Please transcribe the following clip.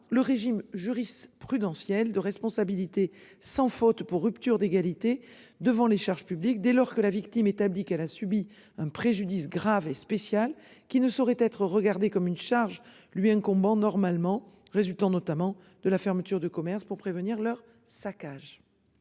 le régime jurisprudentielle de responsabilité sans faute pour rupture d'égalité devant les charges publiques dès lors que la victime établie qu'elle a subi un préjudice grave et spécial qui ne saurait être regardée comme une charge lui incombant normalement résultant notamment de la fermeture de commerce pour prévenir leur saccage.